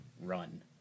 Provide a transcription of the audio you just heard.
run